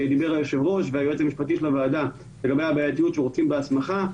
דיבר היושב ראש והיועץ המשפטי של הוועדה לגבי הבעייתיות שרוצים בהסמכה.